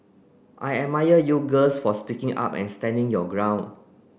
I admire you girls for speaking up and standing your ground